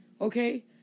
okay